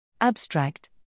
Abstract